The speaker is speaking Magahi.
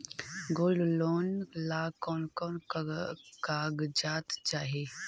गोल्ड लोन ला कौन कौन कागजात चाही?